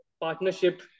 partnership